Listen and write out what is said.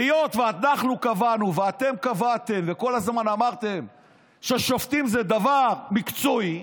היות שאנחנו קבענו ואתם קבעתם וכל הזמן אמרתם שהשופטים זה דבר מקצועי,